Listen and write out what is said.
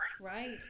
Right